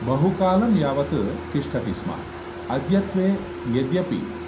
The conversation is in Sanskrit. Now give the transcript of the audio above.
बहुकालं यावत् तिष्ठति स्म अद्यत्वे यद्यपि